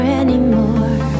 anymore